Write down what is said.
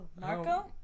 Marco